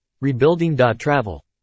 rebuilding.travel